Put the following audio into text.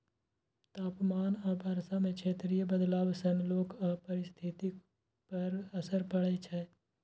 तापमान आ वर्षा मे क्षेत्रीय बदलाव सं लोक आ पारिस्थितिकी पर असर पड़ै छै